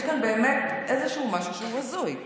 יש כאן באמת משהו הזוי,